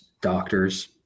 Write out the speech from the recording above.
doctors